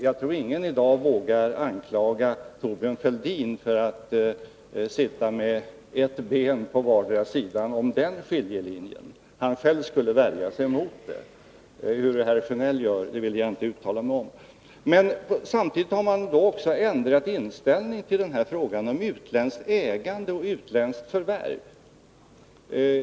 Jag tror inte att någon i dag vågar anklaga Thorbjörn Fälldin för att sitta med ett ben på vardera sidan om den skiljelinjen. Han skulle själv värja sig mot det. Hur herr Sjönell skulle göra vill jag inte uttala mig om. Centerpartiet har samtidigt ändrat inställning till frågan om utländskt ägande och utländska förvärv.